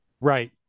Right